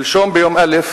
שלשום, ביום א',